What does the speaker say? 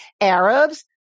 Arabs